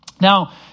Now